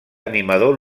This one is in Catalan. animador